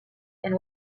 and